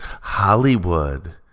Hollywood